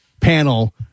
panel